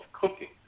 cooking